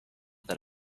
that